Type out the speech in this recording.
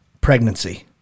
pregnancy